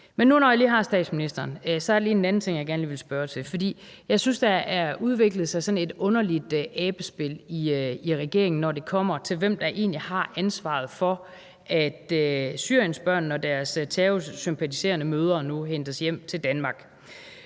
Men når jeg nu lige har statsministeren, er der en anden ting, jeg gerne lige vil spørge til. Jeg synes, der har udviklet sig sådan et underligt abespil i regeringen, når det kommer til, hvem der egentlig har ansvaret for, at syriensbørnene og deres terrorsympatiserende mødre nu hentes hjem til Danmark.